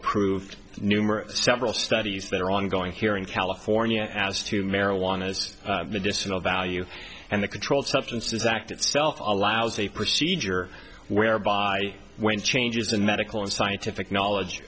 of numerous several studies that are ongoing here in california as to marijuana as medicinal value and the controlled substances act itself allows a procedure whereby when changes in medical and scientific knowledge